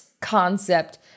concept